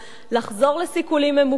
לחזור לסיכולים ממוקדים,